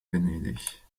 venedig